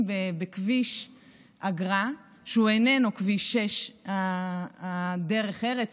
בכביש אגרה שהוא איננו כביש 6 דרך ארץ,